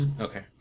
Okay